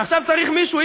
ועכשיו צריך מישהו,